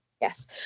yes